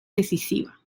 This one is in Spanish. decisiva